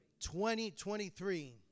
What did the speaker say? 2023